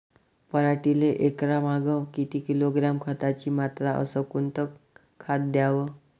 पराटीले एकरामागं किती किलोग्रॅम खताची मात्रा अस कोतं खात द्याव?